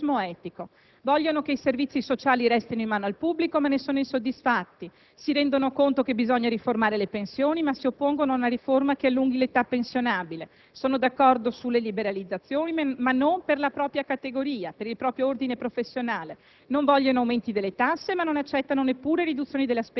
scriveva ieri Ilvo Diamanti su «la Repubblica» da strabismo etico: vogliono che i servizi sociali restino in mano al pubblico, ma ne sono insoddisfatti; si rendono conto che bisogna riformare le pensioni, ma si oppongono a una riforma che allunghi l'età pensionabile; sono d'accordo sulle liberalizzazioni, ma non per la propria categoria, per il proprio ordine professionale; non vogliono